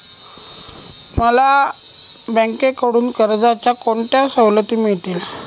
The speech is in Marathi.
मला बँकेकडून कर्जाच्या कोणत्या सवलती मिळतील?